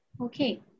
Okay